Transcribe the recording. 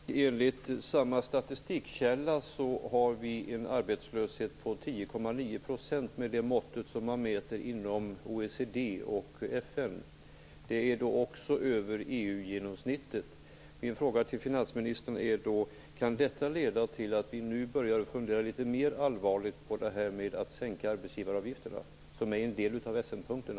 Fru talman! Enligt samma statistikkälla har vi en arbetslöshet om 10,9 % med det mått som man mäter med inom OECD och FN. Också det är över EU genomsnittet. Min fråga till finansministern är: Kan detta leda till att vi nu börjar fundera litet mer allvarligt på att sänka arbetsgivaravgifterna, vilket är en del av Essenpunkterna?